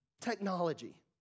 technology